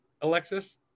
Alexis